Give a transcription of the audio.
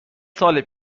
سال